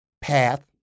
path